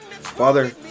Father